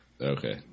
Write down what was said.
Okay